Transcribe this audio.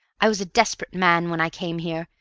i was a desperate man when i came here,